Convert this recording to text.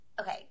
Okay